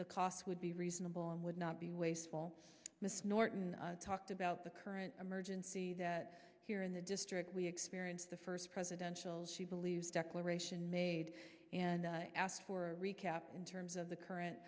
the costs would be reasonable and would not be wasteful miss norton talked about the current emergency that here in the district we experience the first presidential she believes declaration made and asked for a recap in terms of the